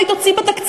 הצעת